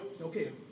Okay